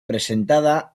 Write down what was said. presentada